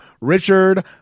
Richard